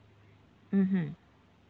mmhmm